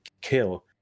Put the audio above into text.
kill